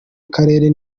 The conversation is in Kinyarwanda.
akarere